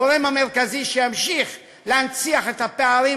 הגורם המרכזי שימשיך להנציח את הפערים